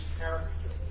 character